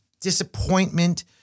disappointment